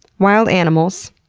wild animals.